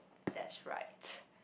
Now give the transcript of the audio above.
that's right